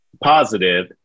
positive